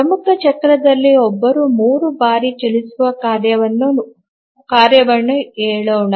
ಪ್ರಮುಖ ಚಕ್ರದಲ್ಲಿ ಒಬ್ಬರು 3 ಬಾರಿ ಚಲಿಸುವ ಕಾರ್ಯವನ್ನು ಹೇಳೋಣ